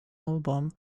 album